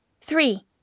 Three